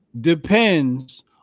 depends